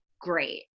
great